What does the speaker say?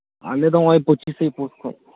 ᱚᱸᱰᱮ ᱫᱚ ᱱᱚᱜᱼᱚᱭ ᱯᱚᱪᱤᱥᱮ ᱯᱳᱥ ᱠᱷᱚᱡ